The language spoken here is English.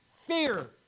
fear